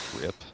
Rip